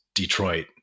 Detroit